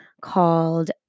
called